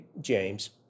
James